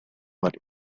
but